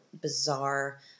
bizarre